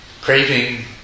craving